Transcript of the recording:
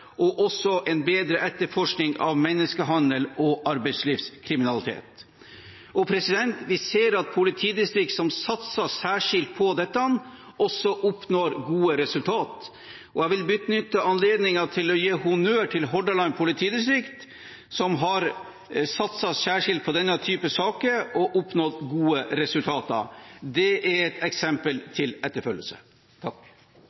og også en bedre etterforskning av menneskehandel og arbeidslivskriminalitet. Vi ser at politidistrikt som satser særskilt på dette, også oppnår gode resultater. Jeg vil benytte anledningen til å gi honnør til Hordaland politidistrikt, som har satset særskilt på denne typen saker og har oppnådd gode resultater. Det er et eksempel til etterfølgelse.